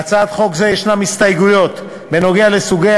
להצעת חוק זו יש הסתייגויות בדבר סוגי